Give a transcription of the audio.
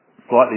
Slightly